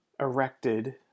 erected